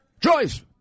Joyce